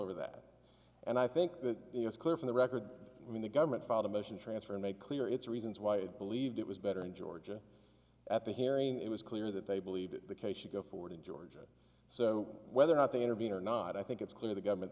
over that and i think that it's clear from the record i mean the government filed a motion transfer and make clear it's reasons why it believed it was better in georgia at the hearing it was clear that they believe that the case should go forward in georgia so whether or not they intervene or not i think it's clear the government